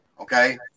Okay